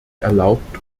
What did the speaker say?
erlaubt